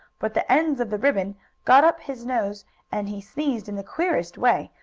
but the ends of the ribbon got up his nose and he sneezed in the queerest way,